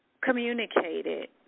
communicated